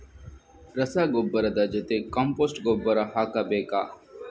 ರಸಗೊಬ್ಬರದ ಜೊತೆ ಕಾಂಪೋಸ್ಟ್ ಗೊಬ್ಬರ ಹಾಕಬೇಕಾ?